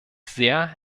sehr